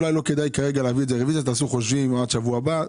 אולי לא כדאי כרגע להביא את הרוויזיה אלא תעשו חושבים עד שבוע הבא.